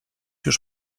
już